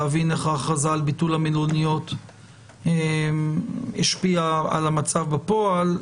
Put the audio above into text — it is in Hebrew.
להבין איך ההכרזה על ביטול המלוניות השפיעה על המצב בפועל.